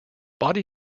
body